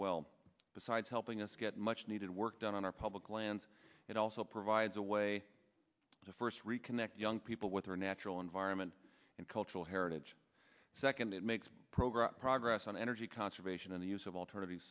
well besides helping us get much needed work done on our public lands it also provides a way to first reconnect young people with their natural environment and cultural heritage second it makes progress progress on energy conservation and the use of alternative